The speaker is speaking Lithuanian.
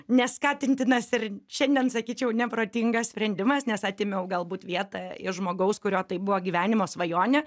neskatintinas ir šiandien sakyčiau neprotingas sprendimas nes atėmiau galbūt vietą iš žmogaus kurio tai buvo gyvenimo svajonė